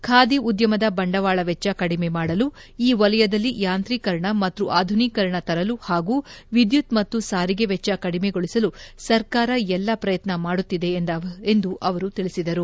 ಖಾದಿ ಉದ್ದಮದ ಬಂಡವಾಳ ವೆಚ್ಚ ಕಡಿಮೆ ಮಾಡಲು ಈ ವಲಯದಲ್ಲಿ ಯಾಂತ್ರೀಕರಣ ಮತ್ತು ಆಧುನೀಕರಣ ತರಲು ಹಾಗೂ ವಿದ್ಯುತ್ ಮತ್ತು ಸಾರಿಗೆ ವೆಚ್ಚ ಕಡಿಮೆಗೊಳಿಸಲು ಸರ್ಕಾರ ಎಲ್ಲ ಪ್ರಯತ್ನ ಮಾಡುತ್ತಿದೆ ಎಂದ ಅವರು ತಿಳಿಸಿದರು